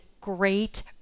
great